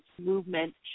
movement